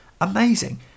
amazing